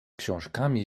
książkami